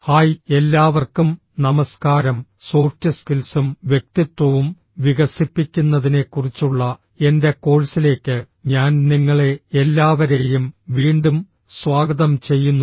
hi എല്ലാവർക്കും നമസ്കാരം soft സ്കിൽസും വ്യക്തിത്വവും വികസിപ്പിക്കുന്നതിനെക്കുറിച്ചുള്ള എന്റെ കോഴ്സിലേക്ക് ഞാൻ നിങ്ങളെ എല്ലാവരെയും വീണ്ടും സ്വാഗതം ചെയ്യുന്നു